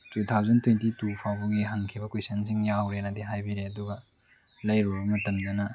two thousand twenty two ꯐꯥꯎꯕꯒꯤ ꯍꯪꯈꯤꯕ ꯀꯣꯏꯁꯝꯁꯤꯡ ꯌꯥꯎꯔꯦꯅꯗꯤ ꯍꯥꯏꯕꯤꯔꯛꯑꯦ ꯑꯗꯨꯒ ꯂꯩꯔꯨꯕ ꯃꯇꯝꯗꯅ